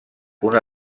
una